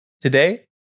Today